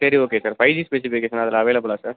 சரி okay sir five G specification அதில் அவைலபிளா சார்